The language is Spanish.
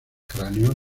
cráneos